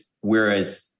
whereas